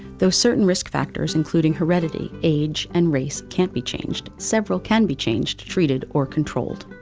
though certain risk factors, including heredity, age and race can't be changed, several can be changed, treated or controlled.